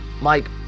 Mike